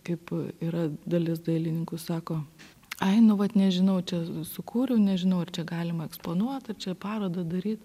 kaip yra dalis dailininkų sako ai nu vat nežinau čia sukūriau nežinau ar čia galima eksponuot ar čia parodą daryt